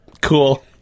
Cool